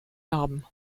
narben